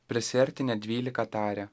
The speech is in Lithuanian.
prisiartinę dvylika tarė